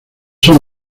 son